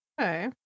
Okay